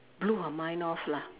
blew her mind off lah